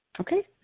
Okay